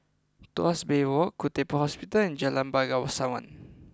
Tuas Bay Walk Khoo Teck Puat Hospital and Jalan Bangsawan